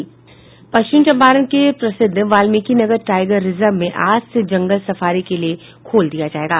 पश्मिच चंपारण के प्रसिद्ध Balmikinagar tiger reserve को आज से जंगल सफारी के लिये खोल दिया जायेगा